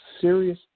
serious